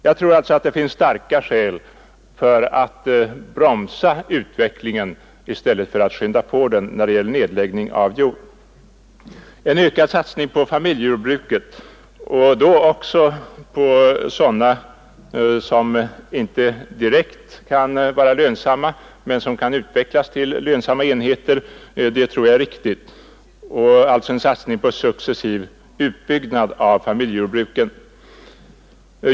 Jag tror alltså att det finns starka skäl för att bromsa utvecklingen i stället för att skynda på den när det gäller nedläggning av jord. En ökad satsning på familjejordbruket och då också på sådana jordbruk som inte direkt kan vara lönsamma men som kan utvecklas till lönsamma enheter tror jag är riktig. Det bör alltså vara en satsning på successiv utbyggnad av familjejordbruken.